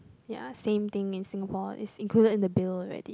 ya same thing in Singapore is included in the bill already